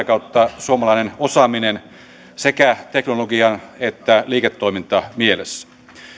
kautta suomalainen osaaminen sekä teknologia että liiketoimintamielessä